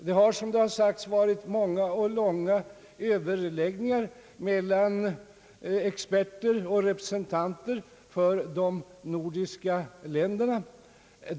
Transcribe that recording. Det har, som det har sagts, varit många och långa överläggningar mellan experter och representanter för de nordiska länderna.